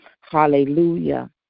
hallelujah